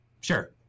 sure